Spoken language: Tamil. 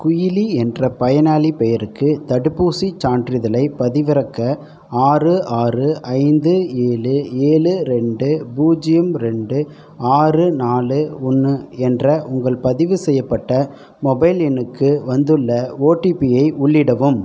குயிலி என்ற பயனாளிப் பெயருக்கு தடுப்பூசிச் சான்றிதழைப் பதிவிறக்க ஆறு ஆறு ஐந்து ஏழு ஏழு ரெண்டு பூஜ்ஜியம் ரெண்டு ஆறு நாலு ஒன்று என்ற உங்கள் பதிவு செய்யப்பட்ட மொபைல் எண்ணுக்கு வந்துள்ள ஓடிபி ஐ உள்ளிடவும்